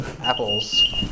Apples